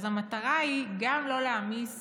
אז המטרה היא גם לא להעמיס